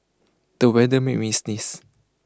the weather made me sneeze